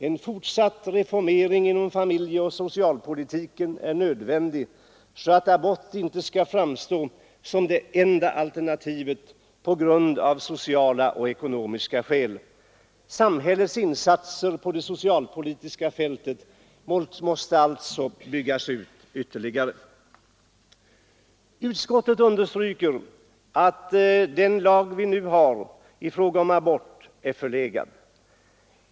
En fortsatt reformering inom familjeoch socialpolitiken är nödvändig så att abort inte skall framstå som det enda alternativet på grund av sociala och ekonomiska skäl. Samhällets insatser på det socialpolitiska fältet måste alltså byggas ut ytterligare. Utskottet understryker att den lag vi nu har i fråga om abort är förlegad.